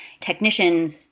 technicians